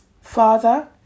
Father